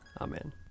Amen